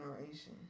generation